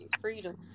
freedom